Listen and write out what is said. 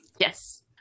Yes